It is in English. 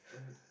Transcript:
right